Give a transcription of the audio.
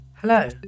Hello